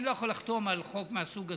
אני לא יכול לחתום על חוק מהסוג הזה,